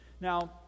now